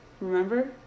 Remember